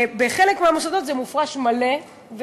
בחלק מהמוסדות זה מופרש מלא,